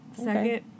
Second